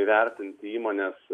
įvertinti įmonės